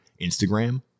Instagram